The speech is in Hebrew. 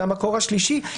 זה המקור השלישי,